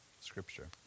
Scripture